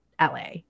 LA